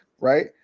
Right